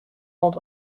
old